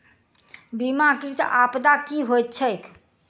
बीमाकृत आपदा की होइत छैक?